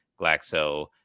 Glaxo